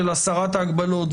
של הסרת ההגבלות.